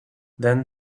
then